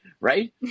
Right